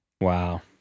Wow